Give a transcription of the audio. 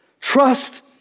Trust